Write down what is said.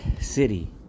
city